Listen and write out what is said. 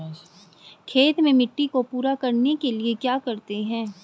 खेत में मिट्टी को पूरा करने के लिए क्या करते हैं?